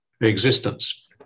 existence